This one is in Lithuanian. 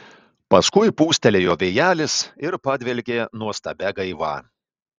paskui pūstelėjo vėjelis ir padvelkė nuostabia gaiva